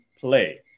play